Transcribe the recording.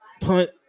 Punt